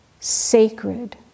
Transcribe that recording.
sacred